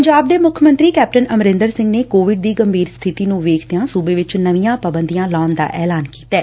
ਪੰਜਾਬ ਦੇ ਮੁੱਖ ਮੰਤਰੀ ਕੈਪਟਨ ਅਮਰਿੰਦਰ ਸਿੰਘ ਨੇ ਕੋਵਿਡ ਦੀ ਗੰਭੀਰ ਸਬਿਤੀ ਨੂੰ ਵੇਖਦਿਆਂ ਸੂਬੇ ਵਿੱਚ ਨਵੀਆਂ ਪਾਬੰਦੀਆਂ ਲਾਉਣ ਦਾ ਐਲਾਨ ਕੀਤੈ